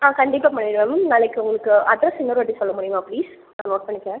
ஆ கண்டிப்பாக பண்ணிவிடுவோம் மேம் நாளைக்கு உங்களுக்கு அட்ரஸ் இன்னொருவாட்டி சொல்ல முடியுமா ப்ளீஸ் நான் நோட் பண்ணிக்றேன்